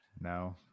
no